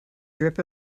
drip